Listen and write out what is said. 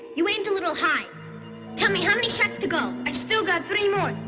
you aimed a little high tell me, how many shots to go? i still got three more.